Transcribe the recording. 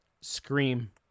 Scream